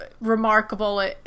remarkable